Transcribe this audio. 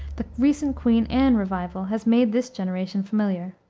the recent queen anne revival has made this generation familiar.